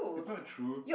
it's not true